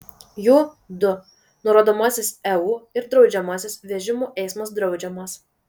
jų du nurodomasis eu ir draudžiamasis vežimų eismas draudžiamas